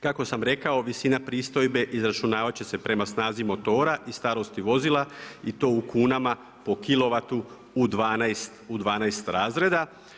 Kako sam rekao visina pristojbe izračunavat će se prema snazi motora i starosti vozila i to u kunama po kilovatu u 12 razreda.